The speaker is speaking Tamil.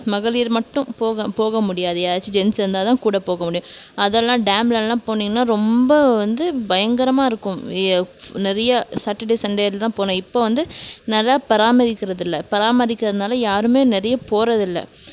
மகளிர் மட்டும் போக போக முடியாது யாராச்சும் ஜென்ட்ஸ் இருந்தாதான் கூட போக முடியும் அதெலாம் டேம்லலாம் போனிங்கன்னா ரொம்ப வந்து பயங்கரமாக இருக்கும் நிறைய சாட்டர்டே சண்டேலதான் போகணும் இப்போ வந்து நல்லா பராமரிக்கிறதில்லை பராமரிக்கிறதுனால் யாருமே நறைய போறதில்லை